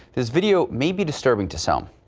his video may be disturbing to some.